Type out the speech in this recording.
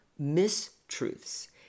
mistruths